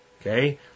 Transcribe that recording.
Okay